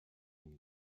ihn